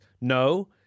no